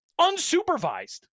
unsupervised